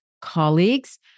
colleagues